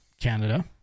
Canada